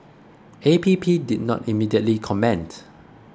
A P P did not immediately comment